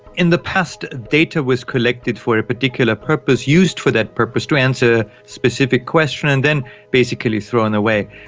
in the past, data was collected for a particular purpose, used for that purpose to answer specific questions and then basically thrown away.